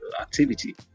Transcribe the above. activity